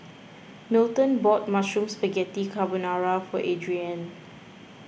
Milton bought Mushroom Spaghetti Carbonara for Adriene